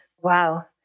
wow